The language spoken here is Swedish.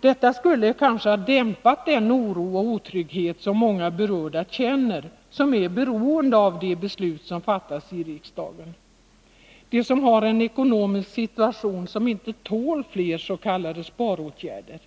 Det skulle kanske ha dämpat den oro och otrygghet som många berörda känner. De är beroende av de beslut som fattas i riksdagen, eftersom de har en ekonomisk situation som inte tål fler s.k. sparåtgärder.